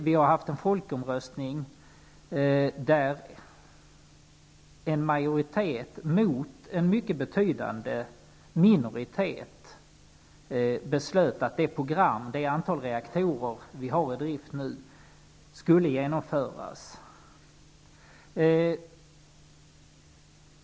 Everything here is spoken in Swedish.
Vid folkomröstningen beslöt en majoritet mot en mycket betydande minoritet att ett program med det antal reaktorer som nu är i drift skulle genomföras.